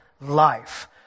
life